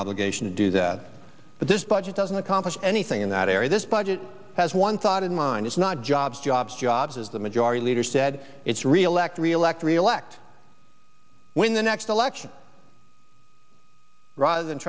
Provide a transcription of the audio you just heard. obligation to do that but this budget doesn't accomplish anything in that area this budget has one thought in mind it's not jobs jobs jobs as the majority leader said it's reelect reelect reelect win the next election r